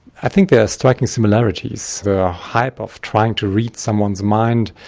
i think there are striking similarities the hype of trying to read someone's mind,